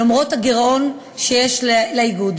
למרות הגירעון שיש לאיגוד.